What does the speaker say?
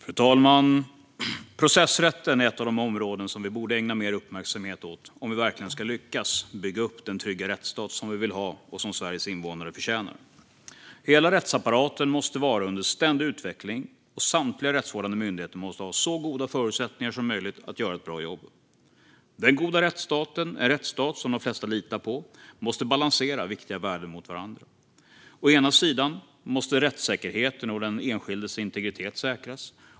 Fru talman! Processrätten är ett av de områden som vi borde ägna mer uppmärksamhet om vi verkligen ska lyckas bygga upp den trygga rättsstat som vi vill ha och som Sveriges invånare förtjänar. Hela rättsapparaten måste vara under ständig utveckling, och samtliga rättsvårdande myndigheter måste ha så goda förutsättningar som möjligt att göra ett bra jobb. Den goda rättsstaten, en rättsstat som de flesta litar på, måste balansera viktiga värden mot varandra. Å ena sidan måste rättssäkerheten och den enskildes integritet säkras.